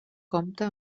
compta